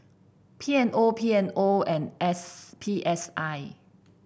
P M O P M O and S P S I